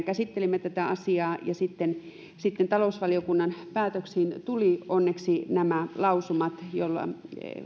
käsittelimme tätä asiaa ja sitten sitten talousvaliokunnan päätöksiin tulivat onneksi nämä lausumat joilla